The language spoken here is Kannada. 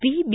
P B